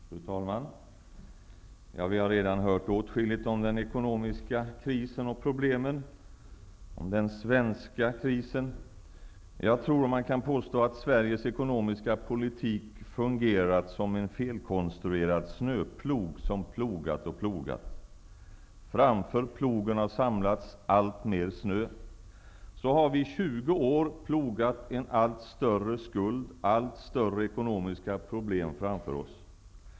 Fru talman! Vi har redan hört åtskilligt om den svenska ekonomiska krisen och om problemen som den fört med sig. Jag tror att man kan påstå att Sveriges ekonomiska politik fungerat som en felkonstruerad snöplog, som plogat och plogat. Framför plogen har samlats allt mer snö. Så har vi i 20 år plogat en allt större skuld, allt större ekonomiska problem framför oss.